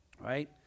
Right